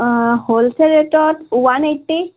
wholesale ৰেটত one এইটি